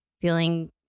feeling